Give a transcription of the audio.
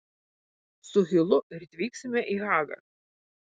su hilu ryt vyksime į hagą